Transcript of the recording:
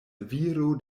viro